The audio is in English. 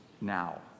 now